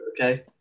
Okay